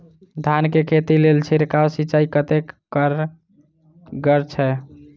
धान कऽ खेती लेल छिड़काव सिंचाई कतेक कारगर छै?